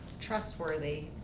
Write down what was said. trustworthy